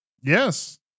Yes